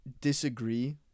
disagree